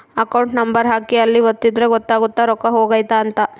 account number ಹಾಕಿ ಅಲ್ಲಿ ಒತ್ತಿದ್ರೆ ಗೊತ್ತಾಗುತ್ತ ರೊಕ್ಕ ಹೊಗೈತ ಅಂತ